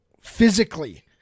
physically